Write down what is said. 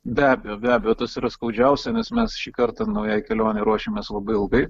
be abejo be abejo tas yra skaudžiausia nes mes šį kartą naujai kelionei ruošėmės labai ilgai